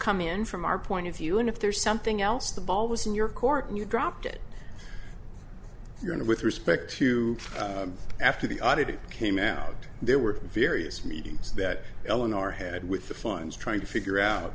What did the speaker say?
come in from our point of view and if there's something else the ball was in your court and you dropped it you're in it with respect to after the audit it came out there were various meetings that eleanor had with the funds trying to figure out